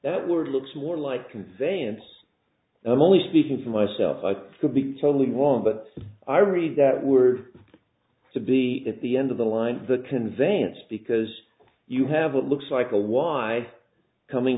that word looks more like conveyance and i'm only speaking for myself i could be totally wrong but i read that we're to be at the end of the line the conveyance because you have what looks like a y coming